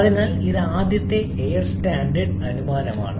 അതിനാൽ ഇത് ആദ്യത്തെ എയർ സ്റ്റാൻഡേർഡ് അനുമാനമാണ്